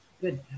good